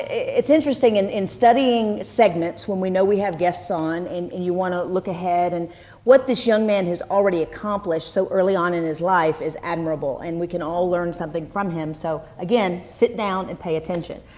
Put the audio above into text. it's interesting, in in studying segments, when we know we have guests on, and you want to look ahead, and what this young man has already accomplished so early on in his life is admirable. and we can also learn something from him, so again, sit down and pay attention.